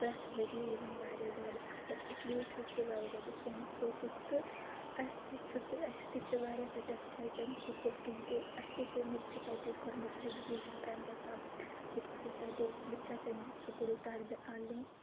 پرٛؠتھ ؤرۍ یہِ یِوان واریاہ زیادٕ اَصٕل اِسلِیے چھُ سُہ واریاہ زیادٕ فیمَس سکوٗل تہٕ اَسہِ تہِ چھُ سُہ أسۍ تہِ چھِ واریاہ سیٚٹِسفاے تَمہِ سکوٗل کِنۍ کہِ اَسہِ تہِ چھِ مےٚ تہِ چھِ تَتہِ کٔرمٕژ ایٚجُوکیشَن ٹؠنتھَس تام بہٕ تہِ ٲسٕس تَتہِ بہٕ تہِ چھَس تَمہِ سَکوٗلٕچ طالبہِ علِم